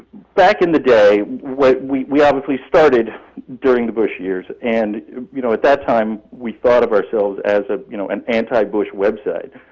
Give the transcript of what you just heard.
back in the day, we we obviously started during the bush years, and, you know, at that time, we thought of ourselves as, ah you know, an anti-bush website.